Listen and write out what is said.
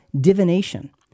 divination